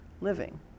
living